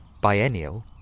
biennial